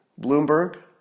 Bloomberg